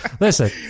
listen